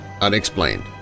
Unexplained